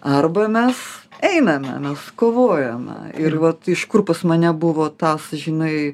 arba mes einame mes kovojame ir vat iš kur pas mane buvo tas žinai